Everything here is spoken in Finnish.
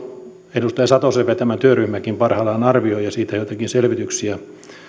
edustaja satosen vetämä työryhmäkin parhaillaan arvioi ja siitä joitakin selvityksiä